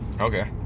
Okay